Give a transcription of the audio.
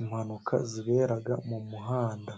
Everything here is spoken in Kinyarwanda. impanuka zibera mu muhanda.